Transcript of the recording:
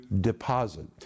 deposit